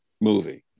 movie